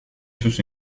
sus